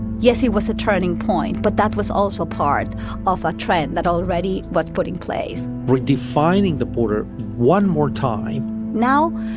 yes, it was a turning point, but that was also part of a trend that already was put in place we're defining the border one more time now,